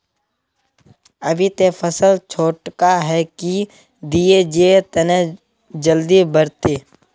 अभी ते फसल छोटका है की दिये जे तने जल्दी बढ़ते?